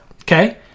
okay